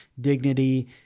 dignity